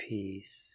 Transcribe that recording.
Peace